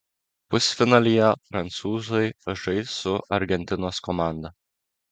pusfinalyje prancūzai žais su argentinos komanda